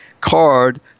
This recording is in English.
card